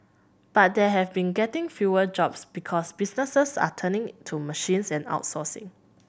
but they have been getting fewer jobs because businesses are turning to machines and outsourcing